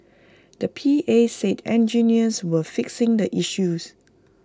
the P A said engineers were fixing the issues